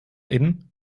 innen